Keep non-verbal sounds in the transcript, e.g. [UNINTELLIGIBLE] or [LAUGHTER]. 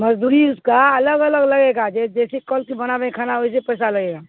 مزدوری اس کا الگ الگ لگے گا جیسے [UNINTELLIGIBLE] پیسہ لگے گا